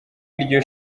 iryo